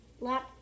lap